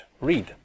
read